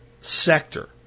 sector